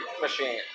machine